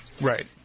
Right